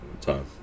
time